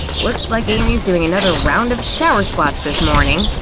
looks like amy's doing another round of shower squats this morning.